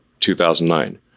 2009